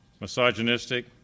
misogynistic